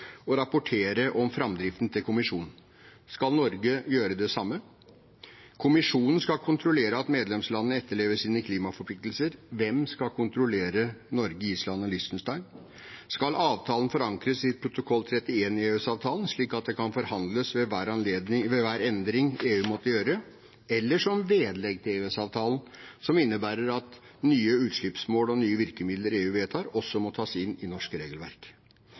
rapportere om framdriften til kommisjonen. Skal Norge gjøre det samme? Kommisjonen skal kontrollere at medlemslandene etterlever sine klimaforpliktelser. Hvem skal kontrollere Norge, Island og Liechtenstein? Skal avtalen forankres i protokoll 31 i EØS-avtalen, slik at det kan forhandles ved hver endring EU måtte gjøre, eller som vedlegg til EØS-avtalen, som innebærer at nye utslippsmål og nye virkemidler EU vedtar, også må tas inn i norsk regelverk?